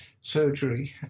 surgery